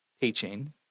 teaching